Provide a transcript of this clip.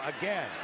again